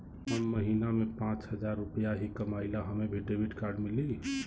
हम महीना में पाँच हजार रुपया ही कमाई ला हमे भी डेबिट कार्ड मिली?